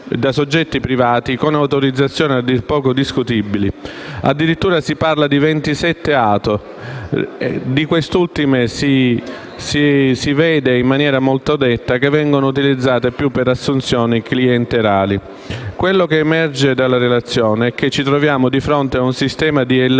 da soggetti privati con autorizzazioni a dir poco discutibili. Addirittura si parla di 27 ATO; e di queste ultime si vede in maniera molto netta che vengono utilizzate più per assunzioni clientelari. Quello che emerge dalla relazione è che ci troviamo di fronte ad un sistema di illegalità